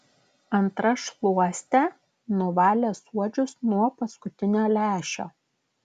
antra šluoste nuvalė suodžius nuo paskutinio lęšio